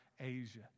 Asia